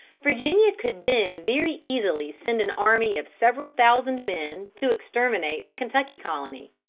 virginia could then very easily send an army of several thousand men to exterminate the kentucky colony.